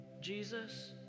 Jesus